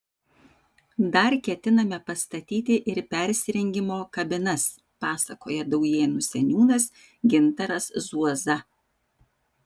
dar ketiname pastatyti ir persirengimo kabinas pasakoja daujėnų seniūnas gintaras zuoza